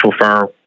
firm